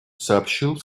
сообщил